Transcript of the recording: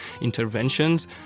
interventions